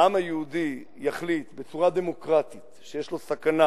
העם היהודי יחליט בצורה דמוקרטית שיש לו סכנה